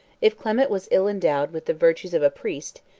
if clement was ill endowed with the virtues of a priest,